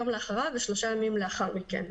יום לאחריו ושלושה ימים לאחר מכן.